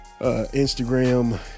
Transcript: Instagram